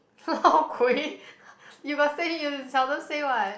lao kui you got say you seldom say what